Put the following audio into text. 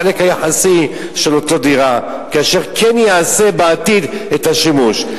בחלק היחסי של אותה דירה כאשר כן יעשה בעתיד את השימוש?